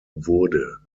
wurde